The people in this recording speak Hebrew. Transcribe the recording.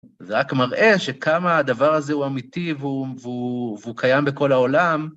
זה רק מראה שכמה הדבר הזה הוא אמיתי והוא קיים בכל העולם.